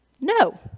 no